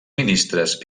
ministres